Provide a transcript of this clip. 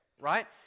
right